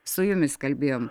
su jumis kalbėjom